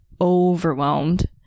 overwhelmed